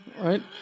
right